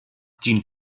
dient